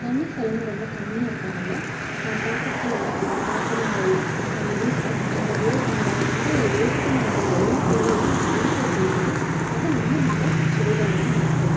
தண்ணி செலவும் ரொம்ப கம்மியாக இருக்கனால் பாத்திரத்துல பாத்திரங்கள் நம்ம யூஸ் பண்ண நம்ம வே நம்ம வந்து வேஸ்ட்டாக நினைக்கிற எல்லா பொருளையும் நம்ம ரீசைக்கிள் பண்ணி அதிலேருந்து நம்ம செடிகளெல்லாம் வளர்க்கலாம்